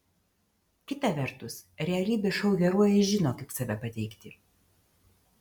kita vertus realybės šou herojai žino kaip save pateikti